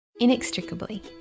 inextricably